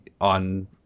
on